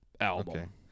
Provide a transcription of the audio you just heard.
album